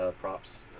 props